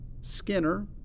Skinner